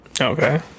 Okay